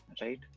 right